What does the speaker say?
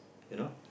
you know